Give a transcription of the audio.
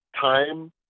time